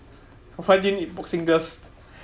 why did boxing gloves